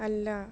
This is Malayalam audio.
അല്ല